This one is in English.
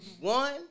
One